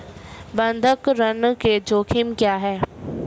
बंधक ऋण के जोखिम क्या हैं?